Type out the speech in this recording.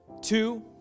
two